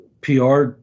PR